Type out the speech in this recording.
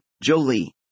Jolie